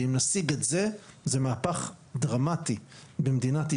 ואם נשיג את זה זה מהפך דרמטי במדינת ישראל,